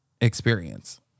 experience